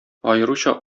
аеруча